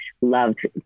loved